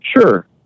Sure